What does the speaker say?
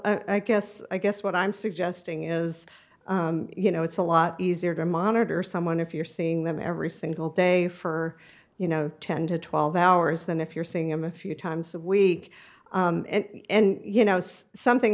well i guess i guess what i'm suggesting is you know it's a lot easier to monitor someone if you're seeing them every single day for you know ten to twelve hours than if you're saying i'm a few times a week and you know it's something